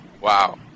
wow